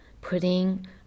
putting